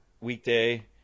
weekday